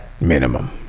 Minimum